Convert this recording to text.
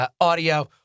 Audio